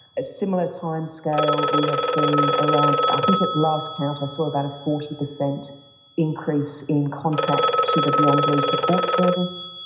a similar timescale we had seen around, i think at last count i saw about a forty percent increase in contacts to the beyond blue support service.